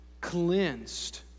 cleansed